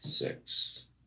Six